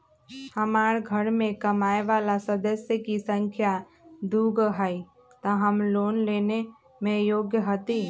हमार घर मैं कमाए वाला सदस्य की संख्या दुगो हाई त हम लोन लेने में योग्य हती?